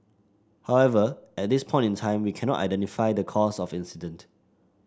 however at this point in time we cannot identify the cause of incident